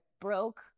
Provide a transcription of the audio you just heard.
broke